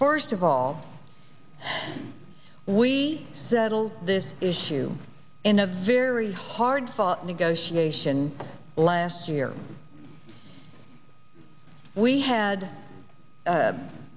first of all we settle this issue in a very hard fought negotiation last year we had